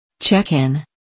Check-in